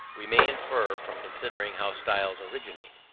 we may infer from considering how styles originate.